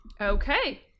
Okay